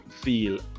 feel